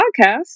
Podcast